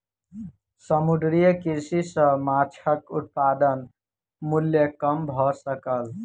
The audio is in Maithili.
समुद्रीय कृषि सॅ माँछक उत्पादन मूल्य कम भ सकल